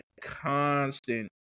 constant